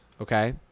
okay